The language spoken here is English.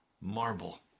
marble